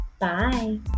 Bye